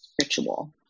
ritual